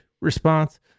response